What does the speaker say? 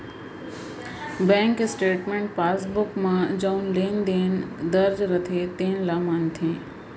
bank statement passbook म जउन लेन देन दर्ज रथे तेने ल मानथे